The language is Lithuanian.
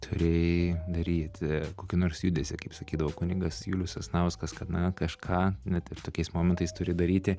turėjai daryti kokį nors judesį kaip sakydavo kunigas julius sasnauskas kad na kažką net ir tokiais momentais turi daryti